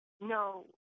No